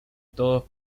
todos